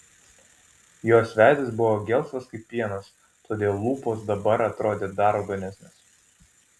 jos veidas buvo gelsvas kaip pienas todėl lūpos dabar atrodė dar raudonesnės